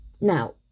Now